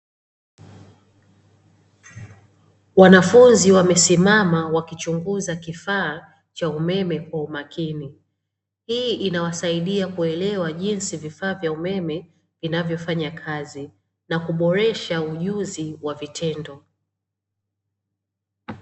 Wanafunzi wamesimama wakichunguza kifaa cha umeme kwa umakini. Hii inawasaidia kuelewa jinsi vifaa vya umeme vinavyofanya kazi na kuboresha ujuzi wa vitendo.